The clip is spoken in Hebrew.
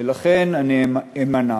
ולכן אני אמנע.